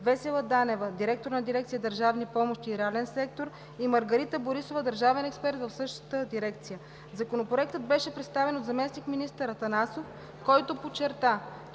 Весела Данева – директор на дирекция „Държавни помощи и реален сектор”, и Маргарита Борисова – държавен експерт в същата дирекция. Законопроектът беше представен от заместник-министър Атанасов, който подчерта,